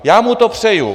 Já mu to přeju.